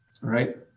right